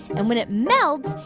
and when it melts,